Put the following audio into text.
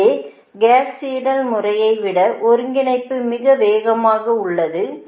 எனவே Gauss Seidel முறையை விட ஒருங்கிணைப்பு மிக வேகமாக உள்ளது